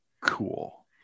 cool